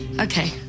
Okay